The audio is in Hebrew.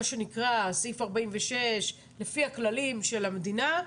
מה שנקרא סעיף 46 לפי הכללים של המדינה,